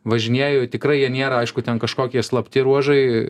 važinėju tikrai jie nėra aišku ten kažkokie slapti ruožai